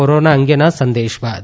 corona અંગેના આ સંદેશ બાદ